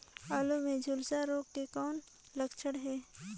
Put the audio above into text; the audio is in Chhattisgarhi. आलू मे झुलसा रोग के कौन लक्षण हे?